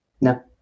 No